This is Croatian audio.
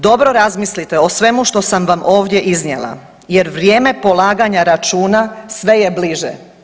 Dobro razmislite o svemu što sam vam ovdje iznijela jer vrijeme polaganja računa sve je bliže.